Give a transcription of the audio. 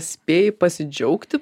spėji pasidžiaugti